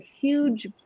huge